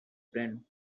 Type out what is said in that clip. friend